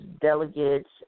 delegates